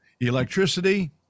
Electricity